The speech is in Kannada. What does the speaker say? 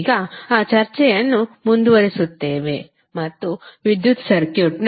ಈಗ ಆ ಚರ್ಚೆಯನ್ನು ಮುಂದುವರಿಸುತ್ತೇವೆ ಮತ್ತು ವಿದ್ಯುತ್ ಸರ್ಕ್ಯೂಟ್ನelectrical circuit